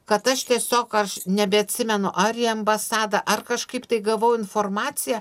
kad aš tiesiog aš nebeatsimenu ar į ambasadą ar kažkaip tai gavau informaciją